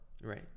Right